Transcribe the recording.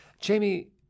Jamie